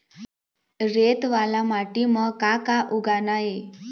रेत वाला माटी म का का उगाना ये?